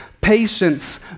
patience